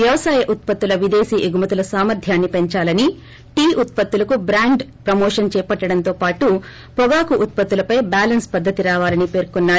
వ్యవసాయ ఉత్పత్తుల విదేశీ ఎగుమతుల సామర్థ్యాన్ని పెంచాలని టీ ఉత్పత్తులకు బ్రాండ్ ప్రమోషన్ చేపట్టడంతో పాటు పొగాకు ఉత్పత్తులపై బ్యాలెన్స్ పద్దతి రావాలని పేర్కొన్నారు